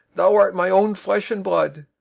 thou art mine own flesh and blood.